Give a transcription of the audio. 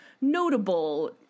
notable